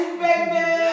baby